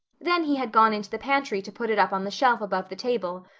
then he had gone into the pantry to put it up on the shelf above the table,